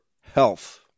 health